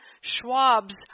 Schwab's